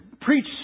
preach